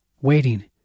waiting